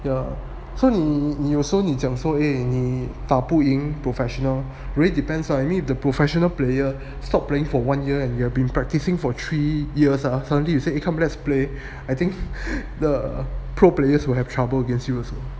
yeah so 你你有时候你讲说诶你打不赢 professional will it depends lah the professional player stop playing for one year and you've been practicing for three years !huh! suddenly you said come let's play I think the pro players will have trouble against you also